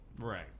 Right